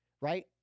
right